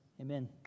Amen